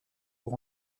pour